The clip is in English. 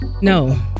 No